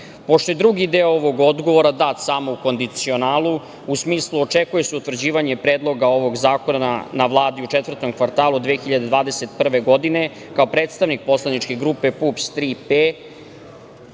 je drugi deo ovog odgovora dat samo u kondicionalu u smislu očekuje je se utvrđivanje predloga ovog zakona na Vladu u četvrtom kvartalu 2021. godine, kao predstavnik poslaničke grupe PUPS